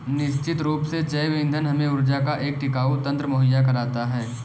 निश्चित रूप से जैव ईंधन हमें ऊर्जा का एक टिकाऊ तंत्र मुहैया कराता है